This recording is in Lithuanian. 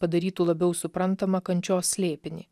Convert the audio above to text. padarytų labiau suprantamą kančios slėpinį